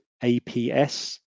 aps